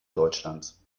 deutschlands